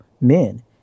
men